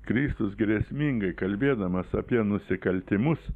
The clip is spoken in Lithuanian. kristus gresmingai kalbėdamas apie nusikaltimus